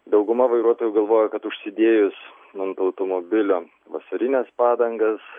dauguma vairuotojų galvoja kad užsidėjus ant automobilio vasarines padangas